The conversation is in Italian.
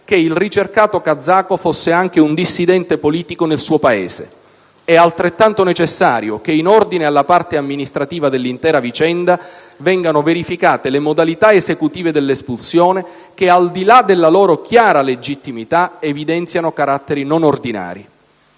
che il ricercato kazako fosse anche un dissidente politico nel suo Paese. È altrettanto necessario che, in ordine alla parte amministrativa dell'intera vicenda, vengano verificate le modalità esecutive dell'espulsione che, al di là della loro chiara legittimità, evidenziano caratteri non ordinari.